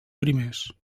primers